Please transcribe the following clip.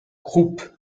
croupes